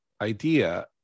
idea